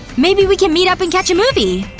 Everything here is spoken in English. maybe we can meet up and catch a movie!